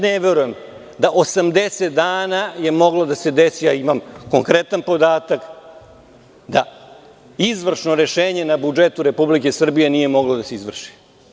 Ne verujem da 80 dana je moglo da se desi, a imam konkretan podatak, da izvršno rešenje na Budžetu Republike Srbije nije moglo da se izvrši.